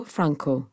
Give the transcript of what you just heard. Franco